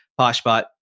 PoshBot